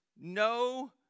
no